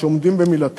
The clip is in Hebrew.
כמי שעומדים במילתם,